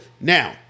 Now